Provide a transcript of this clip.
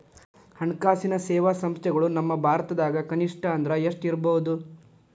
ಹಣ್ಕಾಸಿನ್ ಸೇವಾ ಸಂಸ್ಥೆಗಳು ನಮ್ಮ ಭಾರತದಾಗ ಕನಿಷ್ಠ ಅಂದ್ರ ಎಷ್ಟ್ ಇರ್ಬಹುದು?